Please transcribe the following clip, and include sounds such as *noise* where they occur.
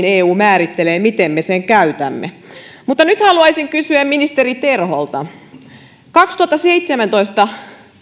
*unintelligible* eu määrittelee miten me käytämme kaiken sen rahan minkä saamme takaisin nyt haluaisin kysyä ministeri terholta vuonna kaksituhattaseitsemäntoista